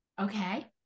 Okay